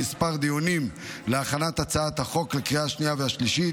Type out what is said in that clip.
דיונים להכנת הצעת החוק לקריאה השנייה והשלישית.